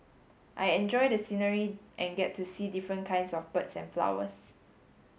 I enjoy the scenery and get to see different kinds of birds and flowers